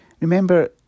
Remember